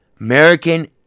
American